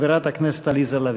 חברת הכנסת עליזה לביא.